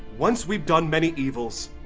once we've done many evils,